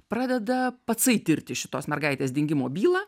pradeda patsai tirti šitos mergaitės dingimo bylą